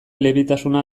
elebitasuna